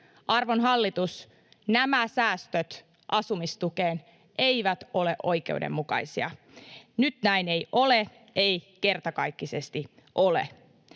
Arvon hallitus, nämä säästöt asumistukeen eivät ole oikeudenmukaisia. Nyt näin ei ole, ei kertakaikkisesti ole.